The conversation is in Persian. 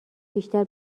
بیشتر